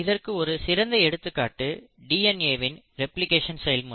இதற்கு ஒரு சிறந்த எடுத்துக்காட்டு டிஎன்ஏ வின் ரெப்ளிகேஷன் செயல்முறை